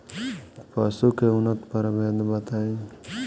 पशु के उन्नत प्रभेद बताई?